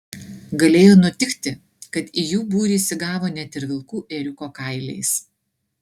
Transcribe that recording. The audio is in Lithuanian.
galėjo nutikti kad į jų būrį įsigavo net ir vilkų ėriuko kailiais